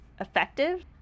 effective